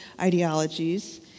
ideologies